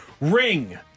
Ring